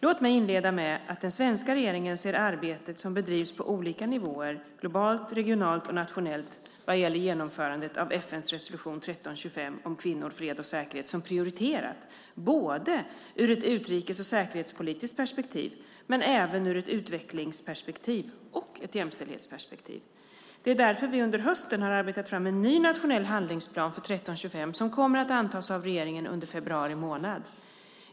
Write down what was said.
Låt mig inleda med att den svenska regeringen ser det arbete som bedrivs på olika nivåer - globalt, regionalt och nationellt - vad gäller genomförande av FN:s resolution 1325 om kvinnor, fred och säkerhet som prioriterat både ur ett utrikes och säkerhetspolitiskt perspektiv och ur ett utvecklingsperspektiv och ett jämställdhetsperspektiv. Det är därför vi under hösten arbetat fram en ny nationell handlingsplan för 1325 som kommer att antas av regeringen under februari månad.